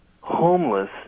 homeless